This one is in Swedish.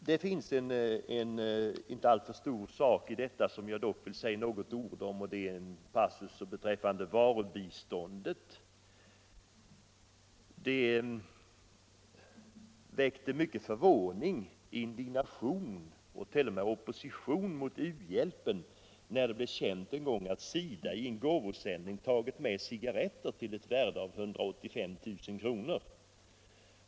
Det finns i detta sammanhang en inte alltför stor sak som jag vill säga något om, nämligen en passus om varubiståndet. Det väckte mycken förvåning, indignation och t.o.m. opposition mot u-hjälpen när det blev känt att SIDA i en gåvosändning tagit med cigaretter till ett värde av 185 000 kr.